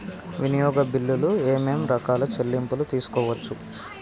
వినియోగ బిల్లులు ఏమేం రకాల చెల్లింపులు తీసుకోవచ్చు?